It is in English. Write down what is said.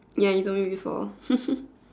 ya you told me before